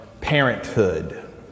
parenthood